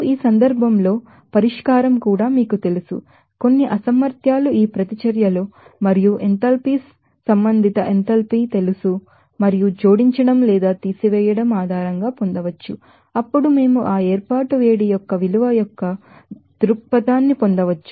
ఈ సందర్భంలో మళ్ళీ పరిష్కారం మీకు తెలుసు కొన్ని అసామర్థ్యాలు ఈ ప్రతిచర్యలు మరియు మీరు ఎంథాల్పీస్ సంబంధిత ఎంథాల్పీస్ తెలుసు మరియు జోడించడం లేదా తీసివేయడం ఆధారంగా పొందవచ్చు అప్పుడు మేము ఆ ఏర్పాటు వేడి యొక్క విలువ యొక్క దృక్పథాన్ని పొందవచ్చు